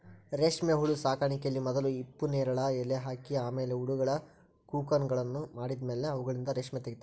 ರೇಷ್ಮೆಹುಳು ಸಾಕಾಣಿಕೆಯಲ್ಲಿ ಮೊದಲು ಹಿಪ್ಪುನೇರಲ ಎಲೆ ಹಾಕಿ ಆಮೇಲೆ ಹುಳಗಳು ಕೋಕುನ್ಗಳನ್ನ ಮಾಡಿದ್ಮೇಲೆ ಅವುಗಳಿಂದ ರೇಷ್ಮೆ ತಗಿತಾರ